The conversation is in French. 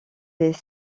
des